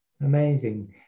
Amazing